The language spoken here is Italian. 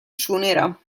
suonerà